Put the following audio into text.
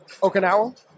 Okinawa